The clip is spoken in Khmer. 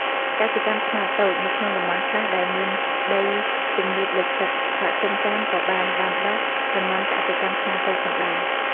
កសិកម្មខ្នាតតូច នៅក្នុងតំបន់ខ្លះដែលមានដីទំនាបលិចទឹក សហគមន៍ចាមក៏បានដាំដុះ ដំណាំកសិកម្មខ្នាតតូច ផងដែរ។